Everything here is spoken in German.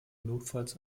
notfalls